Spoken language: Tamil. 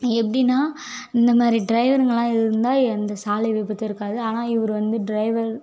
எப்படினா இந்த மாதிரி டிரைவர்கலாம் இருந்தால் எந்த சாலை விபத்து இருக்காது ஆனால் இவர் வந்து டிரைவர்